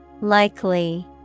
Likely